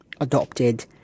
adopted